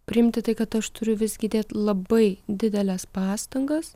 priimti tai kad aš turiu visgi dėt labai dideles pastangas